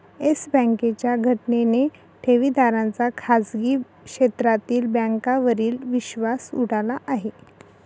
yes बँकेच्या घटनेने ठेवीदारांचा खाजगी क्षेत्रातील बँकांवरील विश्वास उडाला आहे